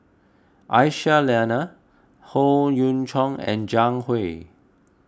Aisyah Lyana Howe Yoon Chong and Zhang Hui